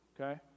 okay